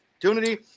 opportunity